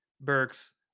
Burks